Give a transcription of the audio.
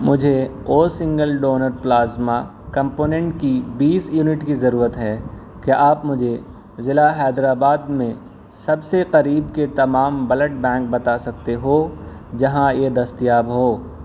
مجھے O single donor plasma component کی بیس یونٹ کی ضرورت ہے کیا آپ مجھے ضلع حیدرآباد میں سب سے قریب کے تمام بلڈ بینک بتا سکتے ہو جہاں یہ دستیاب ہو